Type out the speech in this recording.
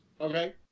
Okay